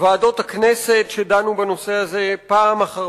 ועדות הכנסת שדנו בנושא הזה פעם אחר